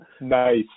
Nice